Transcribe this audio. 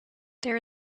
there